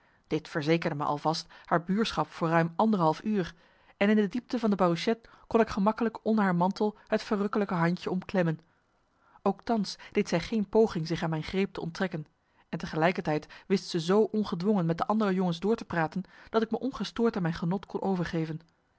dit verzekerde me al vast haar buurschap voor ruim anderhalf uur en in de diepte van de barouchet kon ik gemakkelijk onder haar mantel het verrukkelijke handje omklemmen ook thans deed zij geen poging zich aan mijn greep te onttrekken en tegelijkertijd wist ze zoo ongedwongen met de andere jongens door te praten dat ik me ongestoord aan mijn genot kon overgeven